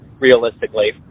realistically